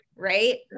right